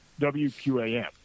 WQAM